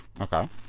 Okay